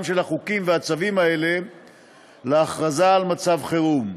של החוקים והצווים האלה להכרזה על מצב חירום.